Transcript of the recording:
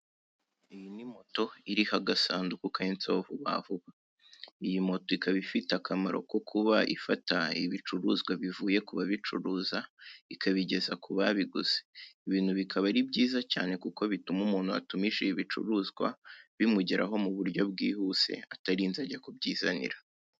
Iyi ni moto iriho agasunduku kanditseho vuba vuba. Iyi moto ikaba ifite akamaro ko kuba ifata ibicuruzwa bivuye ku babicuruza, ikabigeza ku babiguze. Ibi bintu bikaba ari byiza cyane kuko bituma umuntu watumije ibi bicuruzwa bimugeraho ku buryo bwihuse, atarinze kujya kubyizanira.